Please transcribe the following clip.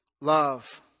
love